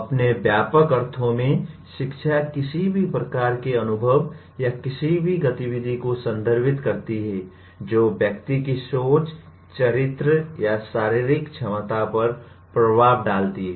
अपने व्यापक अर्थों में शिक्षा किसी भी प्रकार के अनुभव या किसी भी गतिविधि को संदर्भित करती है जो व्यक्ति की सोच चरित्र या शारीरिक क्षमता पर प्रभाव डालती है